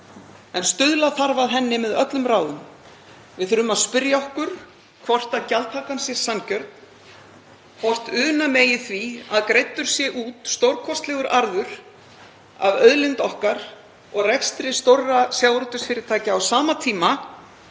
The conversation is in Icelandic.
en stuðla þarf að henni með öllum ráðum. Við þurfum að spyrja okkur hvort gjaldtakan sé sanngjörn, hvort una megi því að greiddur sé út stórkostlegur arður af auðlind okkar og rekstri stórra sjávarútvegsfyrirtækja á sama tíma